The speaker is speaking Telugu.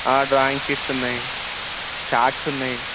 డ్రాయింగ్ షీట్స్ ఉన్నాయి చాట్స్ ఉన్నాయి